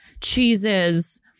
cheeses